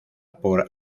por